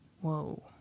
Whoa